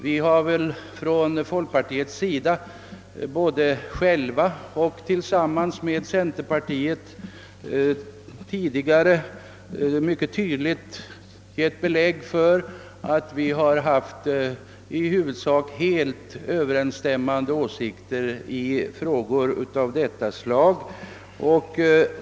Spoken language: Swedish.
Folkpartiet har tidigare, både självständigt och tillsammans med centerpartiet, mycket tydligt givit belägg för att vi i huvudsak haft samma åsikter i frågor av detta slag.